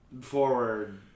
forward